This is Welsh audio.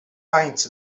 faint